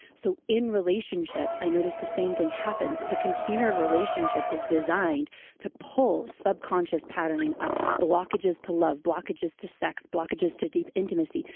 so in relationship, i notice the same thing happens. the container of relationship is designed to pull sub-conscious patterning up. blockages to love, blockages to sex, blockages to deep intimacy.